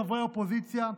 חברי האופוזיציה,